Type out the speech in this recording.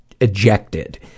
ejected